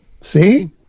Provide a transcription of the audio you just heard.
see